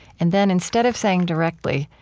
and then instead of saying directly,